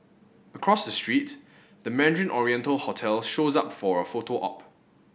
across the street the Mandarin Oriental hotel shows up for a photo op